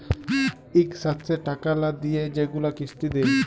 ইকসাথে টাকা লা দিঁয়ে যেগুলা কিস্তি দেয়